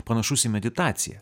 panašus į meditaciją